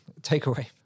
takeaway